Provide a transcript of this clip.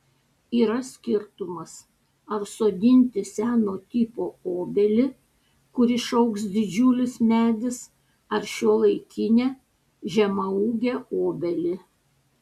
yra skirtumas ar sodinti seno tipo obelį kur išaugs didžiulis medis ar šiuolaikinę žemaūgę obelį